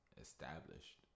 established